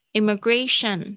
Immigration